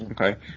Okay